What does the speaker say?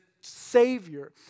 Savior